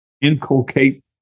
inculcate